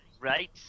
right